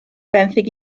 benthyg